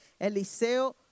Eliseo